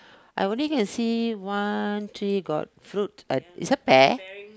I only can see one tree got fruit but it's a pear